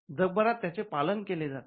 जगभरात त्याचे पालन केले जाते